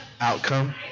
outcome